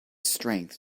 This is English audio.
strength